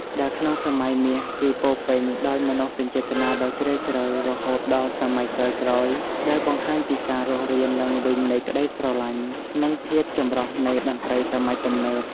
ដែលក្នុងសម័យមាសគឺពោរពេញដោយមនោសញ្ចេតនាដ៏ជ្រាលជ្រៅ រហូតដល់សម័យក្រោយៗដែលបង្ហាញពីការរស់រានឡើងវិញនៃក្តីស្រឡាញ់ និងភាពចម្រុះនៃតន្ត្រីសម័យទំនើប។